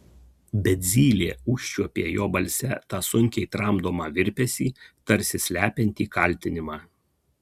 bet zylė užčiuopė jo balse tą sunkiai tramdomą virpesį tarsi slepiantį kaltinimą